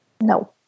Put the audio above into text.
No